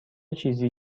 چیزی